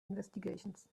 investigations